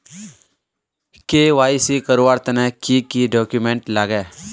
KYC करवार तने की की डॉक्यूमेंट लागे?